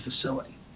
facility